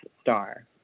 Star